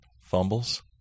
Fumbles